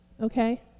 Okay